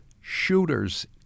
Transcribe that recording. shooter's